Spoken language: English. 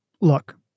Look